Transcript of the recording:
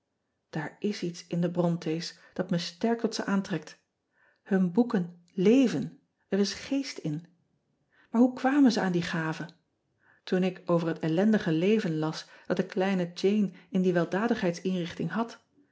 aar is iets in de ronte s dat me sterk tot ze aantrekt un boeken leven er is geest in aar hoe kwamen ze aan die gave oen ik over het ellendige leven las dat de kleine ane in die weldadigheidsinrichting had